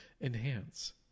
Enhance